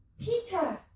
Peter